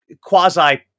quasi